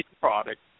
product